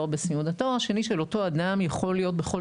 התואר השני של אותו אדם יכול להיות בכל